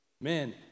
man